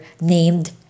named